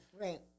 Right